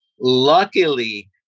Luckily